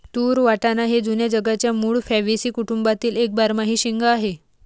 तूर वाटाणा हे जुन्या जगाच्या मूळ फॅबॅसी कुटुंबातील एक बारमाही शेंगा आहे